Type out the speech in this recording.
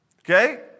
Okay